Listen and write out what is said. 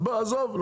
אז עזוב,